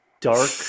dark